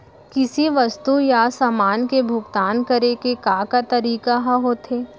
किसी वस्तु या समान के भुगतान करे के का का तरीका ह होथे?